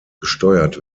gesteuert